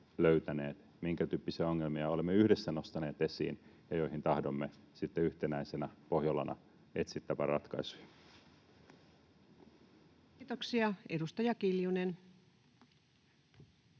minkä tyyppisiä ongelmia olemme yhdessä nostaneet esiin ja mihin tahdomme sitten yhtenäisenä Pohjolana etsittävän ratkaisuja. Kiitoksia. — Edustaja Kiljunen.